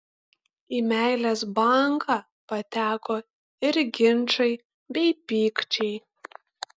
į meilės banką pateko ir ginčai bei pykčiai